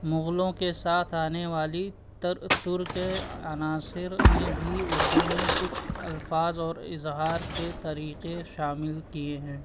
مغلوں کے ساتھ آنے والی ترک عناصر نے بھی اردو میں کچھ الفاظ اور اظہار کے طریقے شامل کیے ہیں